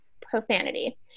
profanity